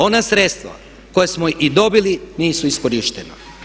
Ona sredstva koja smo i dobili nisu iskorištena.